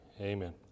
amen